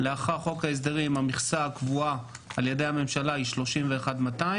לאחר חוק ההסדרים המכסה הקבועה על ידי הממשלה היא 31,200,